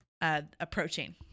approaching